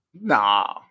Nah